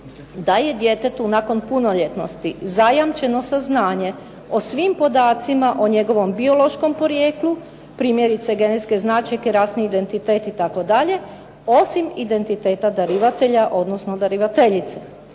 da je djetetu nakon punoljetnosti zajamčeno saznanje o svim podacima o njegovom biološkom porijeklu, primjerice genetske značajke, rasni identitet itd., osim identiteta darivatelja, odnosno darivateljice.